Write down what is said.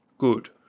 good